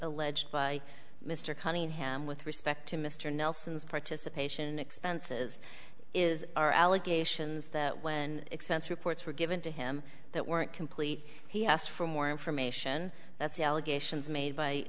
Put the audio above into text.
alleged by mr cunningham with respect to mr nelson's participation expenses is our allegations that when expense reports were given to him that weren't complete he asked for more information that's the allegations made by